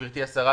גברתי השרה,